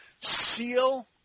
Seal